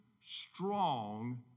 strong